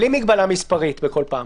מגבלה מספרית בכל פעם.